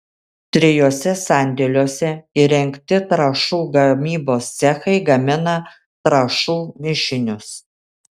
trijuose sandėliuose įrengti trąšų gamybos cechai gamina trąšų mišinius